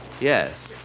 Yes